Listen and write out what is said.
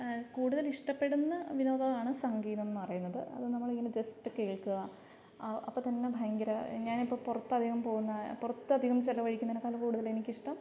കൂടുതല് ഇഷ്ടപ്പെടുന്ന വിനോദങ്ങളാണ് സംഗീതം എന്ന് പറയുന്നത് അത് നമ്മളിങ്ങനെ ജസ്റ്റ് കേൾക്കുക അപ്പോൾ തന്നെ ഭയങ്കര പുറത്ത് അധികം പോകുന്ന പുറത്ത് അധികം ചെലവഴിക്കുന്നതിനേക്കാൾ കൂടുതൽ എനിക്കിഷ്ടം